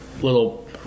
little